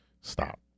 stop